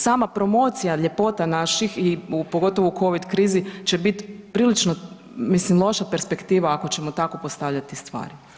Sama promocija ljepota naših i pogotovo u Covid krizi će biti prilično mislim loša perspektiva ako ćemo tako postavljati stvari.